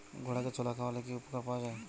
ঘোড়াকে ছোলা খাওয়ালে কি উপকার পাওয়া যায়?